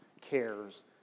cares